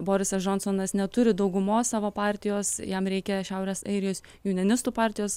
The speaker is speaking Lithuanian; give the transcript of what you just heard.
borisas džonsonas neturi daugumos savo partijos jam reikia šiaurės airijos junjinistų partijos